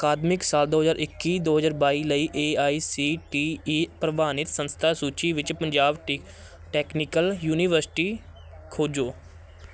ਅਕਾਦਮਿਕ ਸਾਲ ਦੋ ਹਜ਼ਾਰ ਇੱਕੀ ਦੋ ਹਜ਼ਾਰ ਬਾਈ ਲਈ A I C T E ਪ੍ਰਵਾਨਿਤ ਸੰਸਥਾ ਸੂਚੀ ਵਿੱਚ ਪੰਜਾਬ ਟ ਟੈਕਨੀਕਲ ਯੂਨੀਵਰਸਿਟੀ ਖੋਜੋ